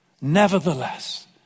Nevertheless